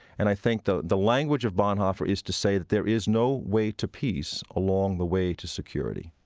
and i think the the language of bonhoeffer is to say that there is no way to peace along the way to security